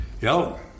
Yo